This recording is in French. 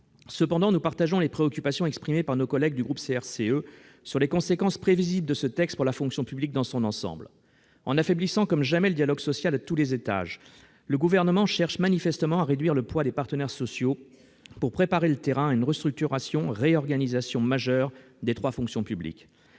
Cependant, nous partageons les préoccupations exprimées par nos collègues du groupe CRCE quant aux conséquences prévisibles de ce texte pour la fonction publique dans son ensemble. En affaiblissant comme jamais le dialogue social, à tous les étages, le Gouvernement cherche manifestement à réduire le poids des partenaires sociaux pour préparer le terrain à une restructuration et à une réorganisation majeure des trois fonctions publiques.